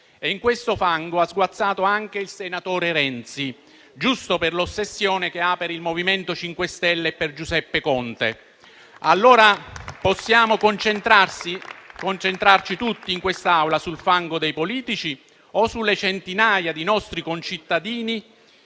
E in quel fango ha sguazzato anche il senatore Renzi, giusto per l'ossessione che ha per il MoVimento 5 Stelle e per Giuseppe Conte. Ma dobbiamo concentrarci tutti, in quest'Aula, sul fango dei politici o sulle centinaia di nostri concittadini